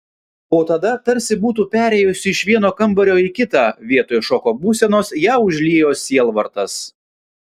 o tada tarsi būtų perėjusi iš vieno kambario į kitą vietoj šoko būsenos ją užliejo sielvartas